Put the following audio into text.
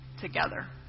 together